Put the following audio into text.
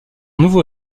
nouveau